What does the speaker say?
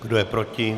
Kdo je proti?